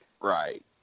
Right